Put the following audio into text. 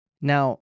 Now